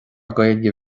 gaeilge